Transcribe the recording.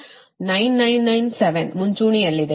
997 ಮುಂಚೂಣಿಯಲ್ಲಿದೆ